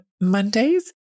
Mondays